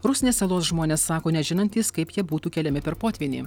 rusnės salos žmonės sako nežinantys kaip jie būtų keliami per potvynį